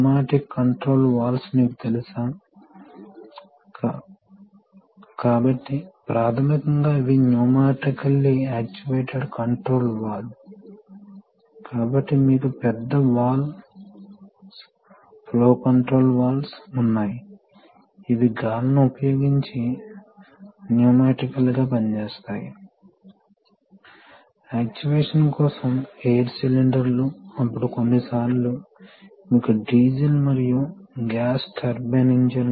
కాబట్టి ఈ వాల్వ్ను కదిలించడం ద్వారా ఈ నాచ్ ను కదిలించడం ద్వారా ప్రవాహ అమరికను సర్దుబాటు చేయవచ్చు ఇప్పుడు ఏమి జరుగుతుందంటే ఇక్కడ ప్రెషర్ పెరుగుతుందని అనుకుందాం అది పైకి వెళితే అది ఒక నిర్దిష్ట నాచ్ మీదుగా ప్రవహిస్తున్నందున ఒక నిర్దిష్ట ప్రవాహం వద్ద ఒక నిర్దిష్ట ప్రెషర్ డ్రాప్ ఉంది కాబట్టి ఈ ప్రెషర్ వెంటనే ఇక్కడ పెరుగుతుంది ఇప్పుడు ప్రెషర్ పెరిగినప్పుడు ఇది ఒక ఫోర్స్ ని వర్తింపజేస్తుంది ఇది ఒక ఫోర్స్ ని వర్తింపజేస్తే వాస్తవానికి ఏమి జరుగుతుందంటే ఇక్కడ ప్రెషర్ పెరిగితే